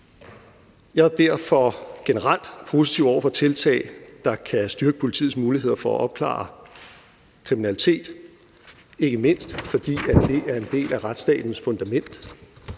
Jeg er derfor generelt positiv over for tiltag, der kan styrke politiets muligheder for at opklare kriminalitet, ikke mindst fordi det er en del af retsstatens fundament.